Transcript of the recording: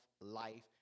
life